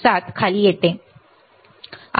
707 खाली येते